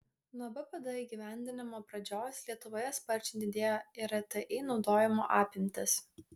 nuo bpd įgyvendinimo pradžios lietuvoje sparčiai didėjo irti naudojimo apimtys